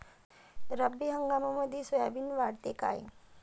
रब्बी हंगामामंदी सोयाबीन वाढते काय?